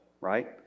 right